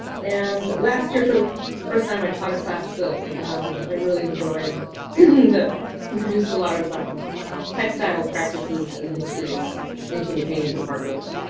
and last year, for the first time i taught a class that i really enjoyed that introduced a lot of um textile practices and histories into the painting department.